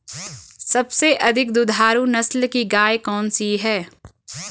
सबसे अधिक दुधारू नस्ल की गाय कौन सी है?